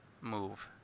move